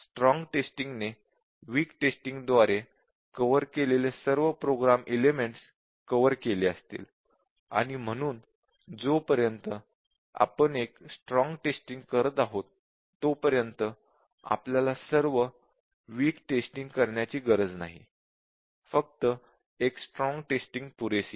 strong testing ने weak testing द्वारे cover केलेले सर्व प्रोग्राम एलेमेंट्स कव्हर केले असतील आणि म्हणून जोपर्यंत आपण एक स्ट्रॉंग टेस्टिंग करत आहोत तोपर्यंत आपल्याला सर्व वीक टेस्टिंग करण्याची गरज नाही फक्त एक स्ट्रॉंग टेस्टिंग पुरेसे आहे